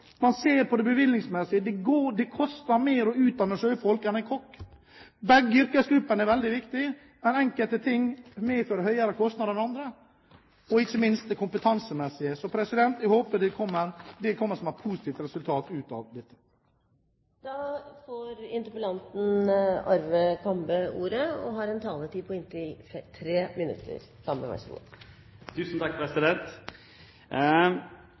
ser på det bevilgningsmessige. Det koster mer å utdanne sjøfolk enn kokker. Begge yrkesgruppene er veldig viktige, men enkelte ting medfører høyere kostnader enn andre, ikke minst det kompetansemessige. Jeg håper det kommer som et positivt resultat ut av dette. Jeg vil si at debatten har vært veldig interessant, for det er åpenbart, når man hører på tonen fra regjeringspartienes representanter på Stortinget, at vi har truffet en